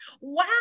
wow